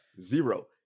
Zero